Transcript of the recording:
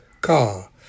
car